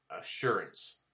assurance